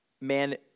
man